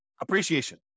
appreciation